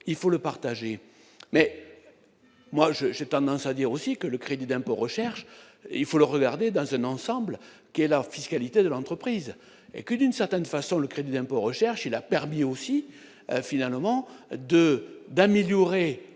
il faut le partager, mais moi j'ai tendance à dire aussi que le crédit d'impôt recherche et il faut le regarder dans un ensemble qui est la fiscalité de l'entreprise et que d'une certaine façon le crédit d'impôt recherche, il a permis aussi finalement 2 d'améliorer